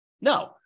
No